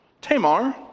Tamar